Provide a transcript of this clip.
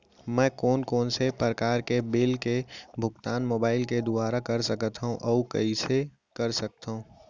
मैं कोन कोन से प्रकार के बिल के भुगतान मोबाईल के दुवारा कर सकथव अऊ कइसे कर सकथव?